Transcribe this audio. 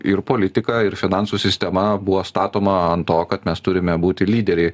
ir politika ir finansų sistema buvo statoma ant to kad mes turime būti lyderiai